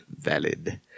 Valid